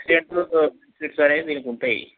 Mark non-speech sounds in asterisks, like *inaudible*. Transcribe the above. *unintelligible* దీనికి ఉంటాయి